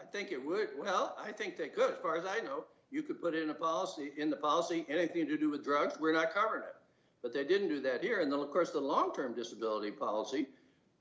i think it would help i think that good far as i know you could put in a policy in the policy anything to do with drugs were not covered but they didn't do that here in the of course the long term disability policy